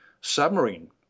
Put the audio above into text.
submarine